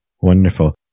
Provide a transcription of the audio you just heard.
Wonderful